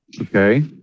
okay